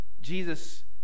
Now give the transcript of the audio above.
Jesus